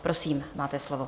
Prosím, máte slovo.